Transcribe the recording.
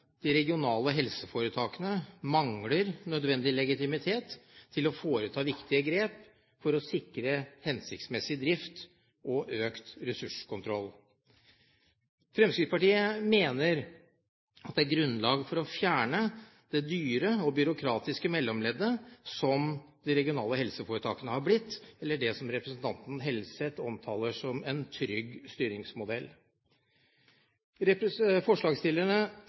de regionale helseforetakene mangler nødvendig legitimitet til å foreta viktige grep for å sikre hensiktsmessig drift og økt ressurskontroll. Fremskrittspartiet mener at det er grunnlag for å fjerne det dyre og byråkratiske mellomleddet som de regionale helseforetakene har blitt, eller det som representanten Helseth omtaler som en trygg styringsmodell. Forslagsstillerne